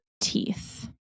teeth